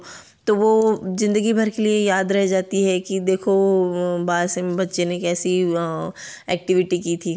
तो वह जिंदगी भर के लिए याद रह जाती है कि देखो बाद में बच्चे ने कैसी एक्टिविटी की थी